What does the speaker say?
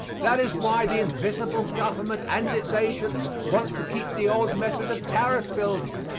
that is why the invisible government and its agents want to keep the old method of tariff building.